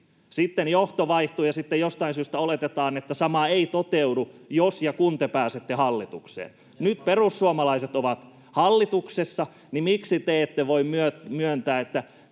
Sitten johto vaihtui, ja sitten jostain syystä oletettiin, että sama ei toteudu, jos ja kun te pääsette hallitukseen. Nyt kun perussuomalaiset ovat hallituksessa, miksi te ette voi myöntää, että